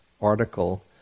article